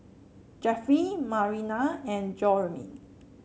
Jeffie Marian and Jerome